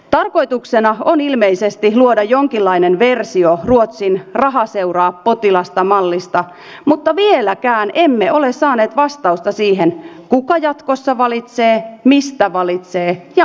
tarkoituksena on ilmeisesti luoda jonkinlainen versio ruotsin raha seuraa potilasta mallista mutta vieläkään emme ole saaneet vastausta siihen kuka jatkossa valitsee mistä valitsee ja mitä valitsee